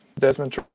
Desmond